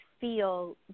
feel